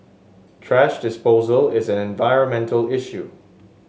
thrash disposal is an environmental issue